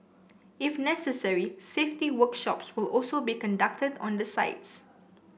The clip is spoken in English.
if necessary safety workshops will also be conducted on the sites